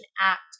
Act